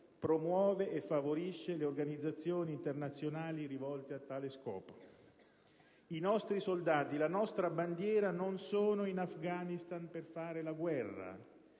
promuove e favorisce le organizzazioni internazionali rivolte a tale scopo». I nostri soldati, la nostra bandiera non sono in Afghanistan per fare la guerra,